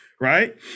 right